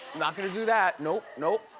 not gonna do that, nope, nope,